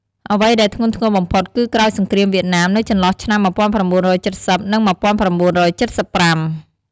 អ្វីដែលធ្ងន់ធ្ងរបំផុតគឺក្រោយសង្រ្គាមវៀតណាមនៅចន្លោះឆ្នាំ ១៩៧០ និង ១៩៧៥ ។